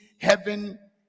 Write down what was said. heaven